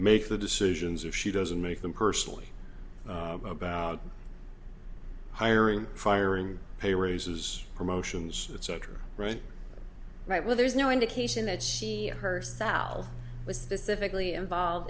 makes the decisions if she doesn't make them personally about hiring firing pay raises promotions etc right right well there's no indication that she herself with specific lea involved